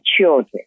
children